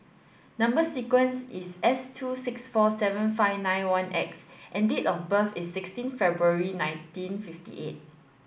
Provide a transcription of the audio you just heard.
number sequence is S two six four seven five nine one X and date of birth is sixteen February nineteen fifty eight